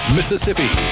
Mississippi